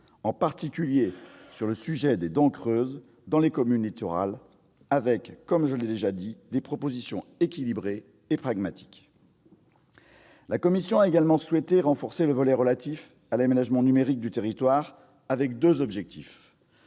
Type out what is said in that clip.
en particulier sur le sujet des dents creuses dans les communes littorales, avec, comme je l'ai déjà dit, des propositions équilibrées et pragmatiques. La commission a également souhaité renforcer le volet relatif à l'aménagement numérique du territoire avec deux objectifs